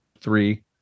three